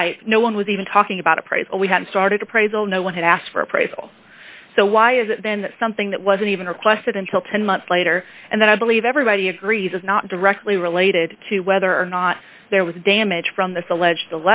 right no one was even talking about appraisal we had started appraisal no one had asked for appraisal so why is it then something that wasn't even requested until ten months later and then i believe everybody agrees is not directly related to whether or not there was damage from this alleged